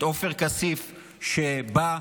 את עופר כסיף שבא,